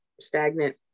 stagnant